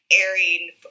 airing